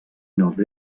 nord